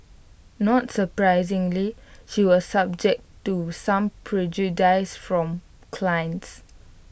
not surprisingly she was subject to some prejudice from clients